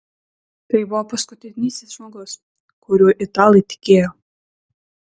tai buvo paskutinysis žmogus kuriuo italai tikėjo